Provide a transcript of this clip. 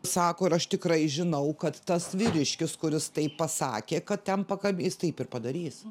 sako ir aš tikrai žinau kad tas vyriškis kuris tai pasakė kad ten pakabi jis taip ir padarys